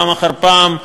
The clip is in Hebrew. פעם אחר פעם,